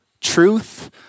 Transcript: truth